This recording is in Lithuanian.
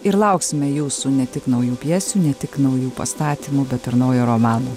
ir lauksime jūsų ne tik naujų pjesių ne tik naujų pastatymų bet ir naujo romano